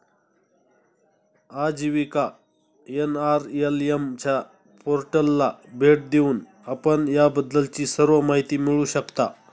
आजीविका एन.आर.एल.एम च्या पोर्टलला भेट देऊन आपण याबद्दलची सर्व माहिती मिळवू शकता